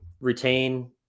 retain